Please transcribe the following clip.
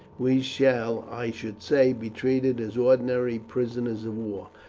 we shall, i should say, be treated as ordinary prisoners of war.